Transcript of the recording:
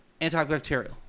antibacterial